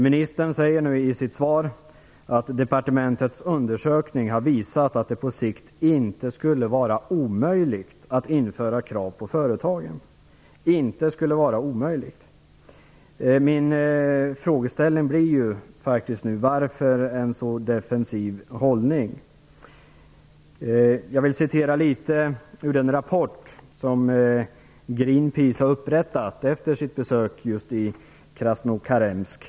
Ministern säger i svaret här att departementets undersökning har visat att det på sikt "inte skulle vara omöjligt" att införa krav på företagen. Min fråga blir då: Varför en så defensiv hållning? Jag skall citera litet grand från den rapport som Greenpeace har upprättat efter sitt besök i just Krasnokamensk.